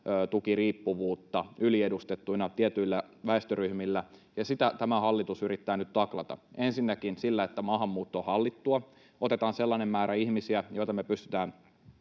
sosiaalitukiriippuvuutta yliedustettuna tietyillä väestöryhmillä. Sitä tämä hallitus yrittää nyt taklata ensinnäkin sillä, että maahanmuutto on hallittua eli otetaan sellainen määrä ihmisiä, joita me pystytään